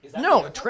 No